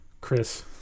Chris